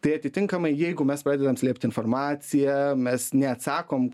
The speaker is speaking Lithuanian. tai atitinkamai jeigu mes pradedam slėpt informaciją mes neatsakom